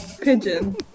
Pigeon